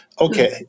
Okay